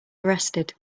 arrested